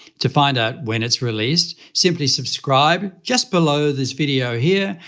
to find out when it's released, simply subscribe just below this video here,